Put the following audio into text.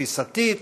תפיסתית,